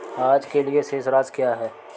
आज के लिए शेष राशि क्या है?